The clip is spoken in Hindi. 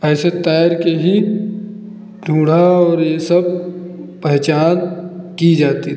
ऐसे तैरकर ही ढूँढा और यह सब पहचान की जाती थी